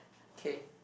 okay